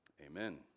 amen